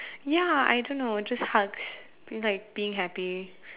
ya I don't know just hugs like being happy